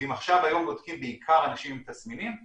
ואם היום בודקים בעיקר אנשים עם תסמינים,